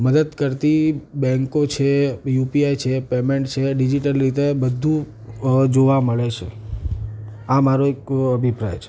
મદદ કરતી બેંકો છે યુપીઆઈ છે પેમેન્ટ છે ડિજિટલ રીતે બધું જોવા મળે છે આ મારો એક અભિપ્રાય છે